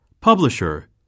Publisher